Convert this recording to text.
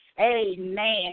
Amen